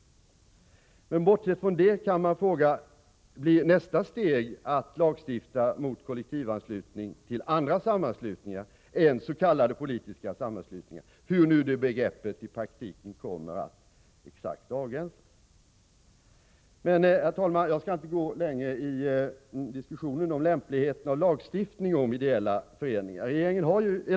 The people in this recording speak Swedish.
Bortsett från det kan man fråga: Blir nästa steg att lagstifta mot kollektivanslutning till andra sammanslutningar än s.k. politiska sammanslutningar, hur nu det begreppet i praktiken kommer att exakt avgränsas? Men, herr talman, jag skall inte gå längre i diskussionen om lämpligheten av lagstiftning om ideella föreningar.